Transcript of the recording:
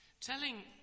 Telling